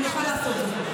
ונוכל לעשות את זה.